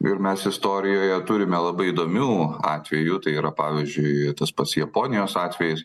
ir mes istorijoje turime labai įdomių atvejų tai yra pavyzdžiui tas pats japonijos atvejis